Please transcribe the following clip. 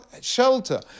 shelter